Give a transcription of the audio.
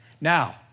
Now